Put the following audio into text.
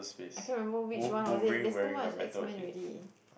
I cannot remember which one was it there's too much X Men already